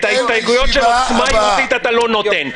את ההסתייגויות של עוצמה יהודית אתה לא נותן.